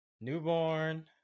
Newborn